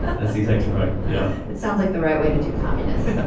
ah that's exactly right. yeah. it sounds like the right way to do communism.